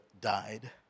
died